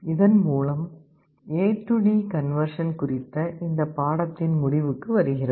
இதன் மூலம் AD conversion குறித்த இந்த பாடத்தின் முடிவுக்கு வருகிறோம்